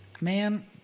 man